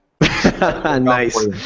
Nice